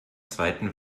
zweiten